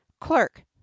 clerk